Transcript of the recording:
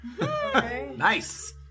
Nice